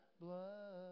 blood